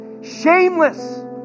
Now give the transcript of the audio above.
Shameless